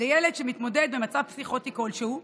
עם ילד שמתמודד במצב פסיכוטי כלשהו,